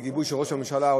בגיבוי של ראש הממשלה,